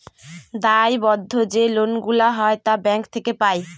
দায়বদ্ধ যে লোন গুলা হয় তা ব্যাঙ্ক থেকে পাই